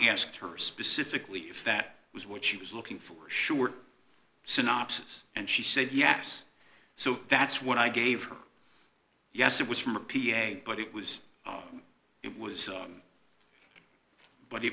asked her specifically if that was what she was looking for short synopses and she said yes so that's what i gave her yes it was from a p s a but it was it was but